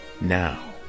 now